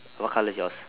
what color is yours